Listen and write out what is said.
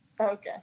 okay